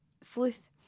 sleuth